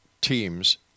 teams